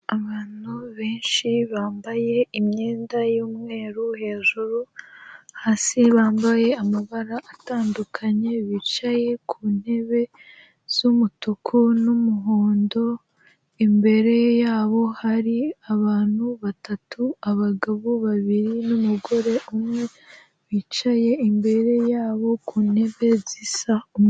Abantu benshi bambaye imyenda y'umweru hejuru ,hasi bambaye amabara atandukanye bicaye ku ntebe z'umutuku n'umuhondo, imbere yabo hari abantu batatu abagabo babiri n'umugore umwe bicaye imbere yabo ku ntebe zisa.